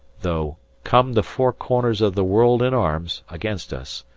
though come the four corners of the world in arms against us,